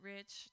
Rich